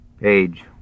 page